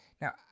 Now